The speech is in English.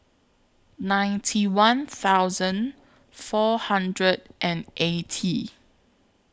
ninety one thousand four hundred and eighty